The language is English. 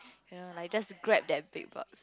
ya like just grab that big box